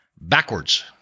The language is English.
backwards